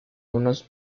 unos